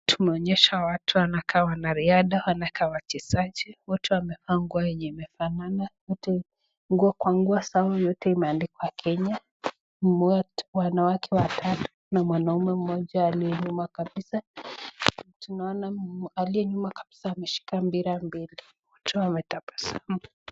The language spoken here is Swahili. Tumeonyeshwa watu wanakaa wanariadha, wanakaa wachezaji. Wote wamevaa nguo yenye imefanana. Kwa nguo zao yote imeandikwa Kenya. Wanawake watatu na mwanaume aliye nyuma kabisa. Tunaona aliye nyuma kabisa ameshika mpira mbili. Wote wametabasamu.